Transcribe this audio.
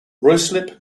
ruislip